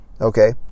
Okay